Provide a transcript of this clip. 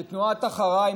ותנועת אחריי,